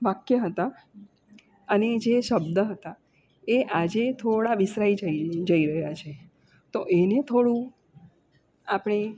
વાક્ય હતા અને જે શબ્દ હતા એ આજે થોડા વિસરાય જઈ રહ્યા છે તો એને થોડું આપણે